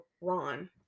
Ron